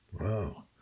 Wow